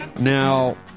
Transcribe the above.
Now